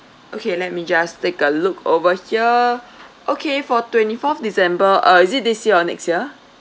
okay let me just take a look over here okay for twenty fourth december uh is it this year or next year